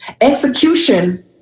Execution